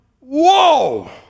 whoa